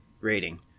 rating